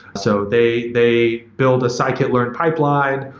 so, they they build a scikit-learn pipeline,